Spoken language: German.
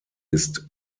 ist